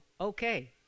okay